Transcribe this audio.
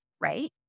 right